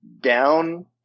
down